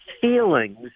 feelings